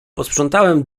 posprzątałem